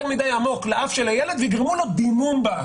מדי עמוק לאף של הילד ויגרמו לו דימום באף,